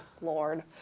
Lord